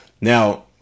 now